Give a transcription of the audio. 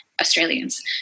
Australians